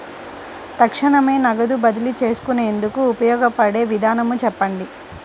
తక్షణమే నగదు బదిలీ చేసుకునేందుకు ఉపయోగపడే విధానము చెప్పండి?